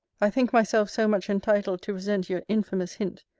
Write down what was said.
i think myself so much entitled to resent your infamous hint,